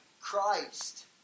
Christ